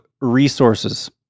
resources